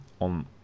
on